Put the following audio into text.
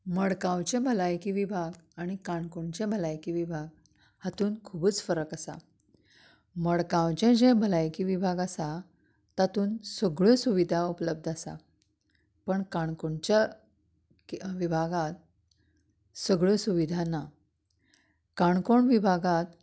मडगांवचें भलायकी विभाग काणकोणचें भलायकी विभाग हातूंत खुबूच फरक आसा मडगांवचें जें भलायकी विभाग आसा तातूंत सगळ्यो सुविधा उपलब्ध आसात पूण काणकोणच्या विभागांत सगळ्यो सुविधा ना काणकोण विभागांत